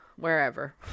wherever